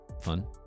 fun